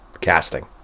casting